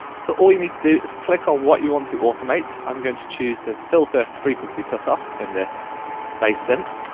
so, all you need to do is click on what you want to automate. i'm going to choose this filter. frequency cut off in this base synth.